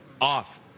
off